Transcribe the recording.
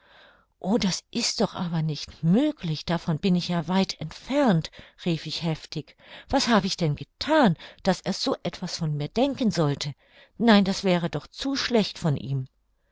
o das ist doch aber nicht möglich davon bin ich ja weit entfernt rief ich heftig was habe ich denn gethan daß er so etwas von mir denken sollte nein das wäre doch zu schlecht von ihm